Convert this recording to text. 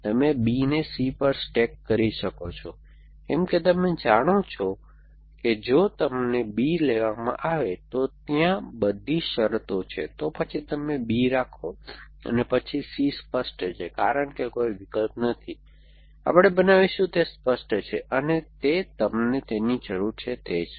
તમે B ને C પર સ્ટેક કરી શકો છો કેમ કે તમે જાણો છો કે જો તમને B લેવામાં આવે તો ત્યાં બધી શરતો છે તો પછી તમે B રાખો છો અને પછી C સ્પષ્ટ છે કારણ કે કોઈ વિકલ્પ નથી આપણે બનાવીશું તે સ્પષ્ટ છે તે તમને જેની જરૂર છે તે છે